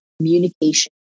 communication